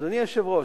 אדוני היושב-ראש,